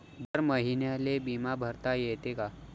दर महिन्याले बिमा भरता येते का?